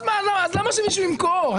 אז למה שמישהו ימכור?